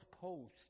post